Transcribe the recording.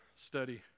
study